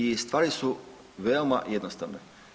I stvari su veoma jednostavne.